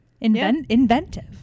inventive